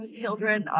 children